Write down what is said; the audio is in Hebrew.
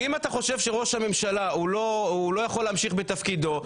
ואם אתה חושב שראש הממשלה הוא לא הוא לא יכול להמשיך בתפקידו,